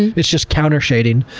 it's just countershading.